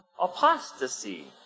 apostasy